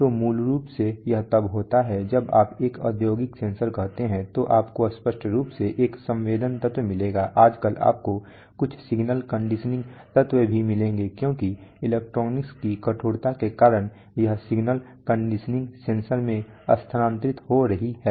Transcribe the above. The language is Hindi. तो मूल रूप से यह तब होता है जब आप एक औद्योगिक सेंसर कहते हैं तो आपको स्पष्ट रूप से एक संवेदन तत्व मिलेगा आजकल आपको कुछ सिग्नल कंडीशनिंग तत्व भी मिलेंगे क्योंकि इलेक्ट्रॉनिक्स की कठोरता के कारण यह सिग्नल कंडीशनिंग सेंसर में ही स्थानांतरित हो रही है